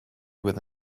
with